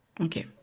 Okay